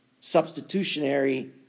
substitutionary